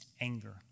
anger